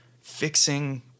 Fixing